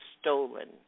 stolen